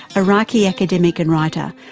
iraqi academic and writer,